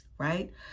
right